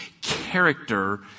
character